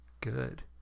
good